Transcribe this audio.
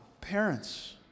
Parents